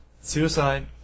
Suicide